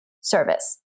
service